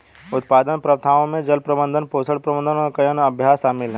उत्पादन प्रथाओं में जल प्रबंधन, पोषण प्रबंधन और कई अन्य अभ्यास शामिल हैं